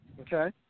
Okay